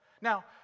Now